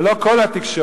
ולא כל התקשורת,